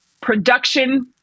production